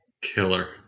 Killer